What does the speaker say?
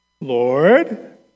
Lord